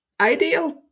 ideal